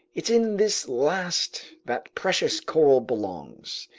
it's in this last that precious coral belongs,